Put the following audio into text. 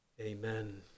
Amen